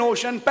Ocean